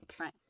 Right